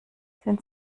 sind